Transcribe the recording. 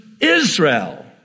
Israel